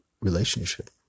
relationship